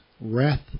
wrath